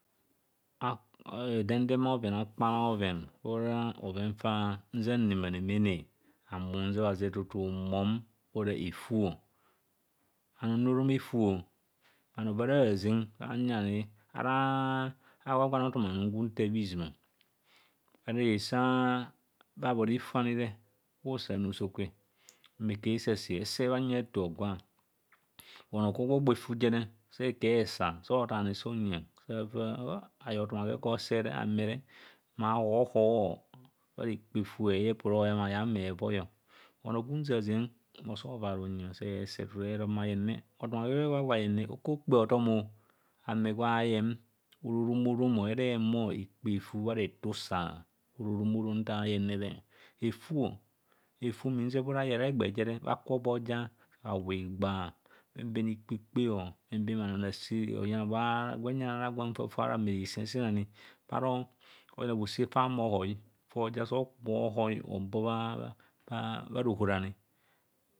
Henedeme a bhoven. akpan a bhoven fa ora bhoven fa nza nemanemene oza bhunzebhazeb tutu mum ora efuo. Anum nra orom efu o, bhano babhaara hazen anyeng ani ara gwagwaneo thumanum gwa unthaabha izuma, oyina reje sa bhabhọ efu ani re bha usa a anusokwe, ehumo ekubho esase, ese bha huyang aato hogwa, onoo gwa obba oba efuzere sa ekubho eesa se othaani sa unyeng sa afaa ayeng othumagwe gwe ose re amere ma hoho bharekpa efu heyeng mma hoyam ayamhee voi. onoo gwa uzaazeng sa evaare unyi ero mmayene othumagwe gwa agwo ayene okubho okpe othomo, ame gwem gwa agwo ayem ora orom orom, he hura ehumo ekpee efu bhare to usa ora orom orom nta ayeng nere efu efu mma nzeb ora husere egbejere bhakubho beoja bhawwa igba benbene ikpere benben rane rase ara gwen gwa fefu ara ame ani hhara sa okuma ohoi hobo aha rohor ani.